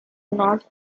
north